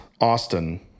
Austin